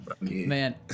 man